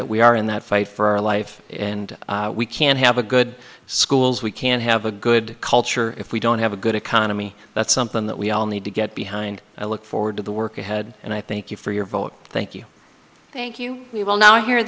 that we are in that fight for our life and we can't have a good schools we can't have a good culture if we don't have a good economy that's something that we all need to get behind i look forward to the work ahead and i thank you for your vote thank you thank you you will now he